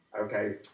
Okay